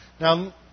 Now